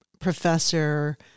professor